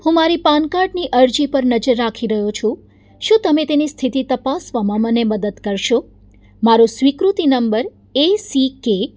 હું મારી પાન કાડની અરજી પર નજર રાખી રહ્યો છું શું તમે તેની સ્થિતિ તપાસવામાં મને મદદ કરશો મારો સ્વીકૃતિ નંબર એ સી કે